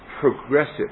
progressive